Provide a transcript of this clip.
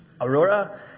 Aurora